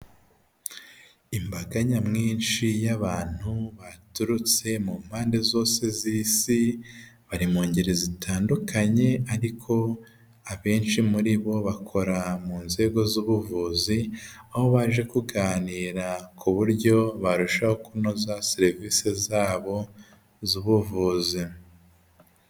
Imbaga nyamwinshi y'abantu baturutse mu mpande zose z'isi bari mu ngeri zitandukanye ariko abenshi muri bo bakora mu nzego z'ubuvuzi, aho baje kuganira kuburyo barushaho kunoza serivisi zabo z'ubuvuzi.